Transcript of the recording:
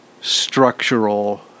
structural